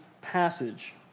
passage